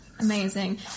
Amazing